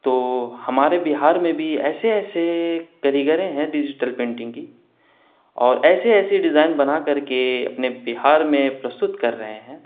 تو ہمارے بہار میں بھی ایسے ایسے کرریگریں ہیں ڈیجیٹل پرنٹنگ کی اور ایسے ایسی ڈیزائن بنا کر کے اپنے بہار میں پرستت کر رہے ہیں